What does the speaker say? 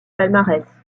palmarès